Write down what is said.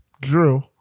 Drew